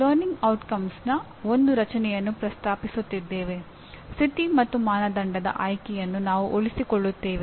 ಉತ್ತಮ ಎಂಜಿನಿಯರ್ ಯಾರು ಎಂದು ನಾವು ಎಲ್ಲಿ ಕಂಡುಕೊಳ್ಳಬಹುದು